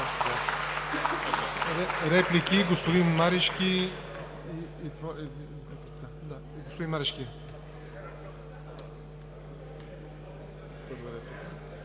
Реплики? Господин Марешки